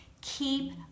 Keep